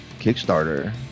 Kickstarter